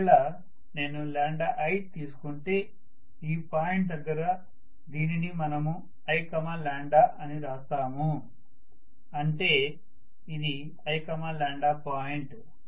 ఒకవేళ నేను i తీసుకుంటే ఈ పాయింట్ దగ్గర దీనిని మనము i అని రాస్తాము అంటే ఇది i పాయింట్